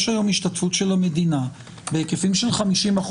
יש היום השתתפות של המדינה בהיקפים של 50%